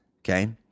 Okay